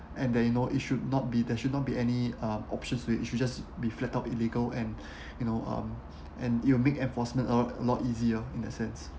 and that you know it should not be there should not be any uh options which you just be flat out illegal and you know um and you'll make enforcement a lot not easier that sense